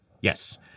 Yes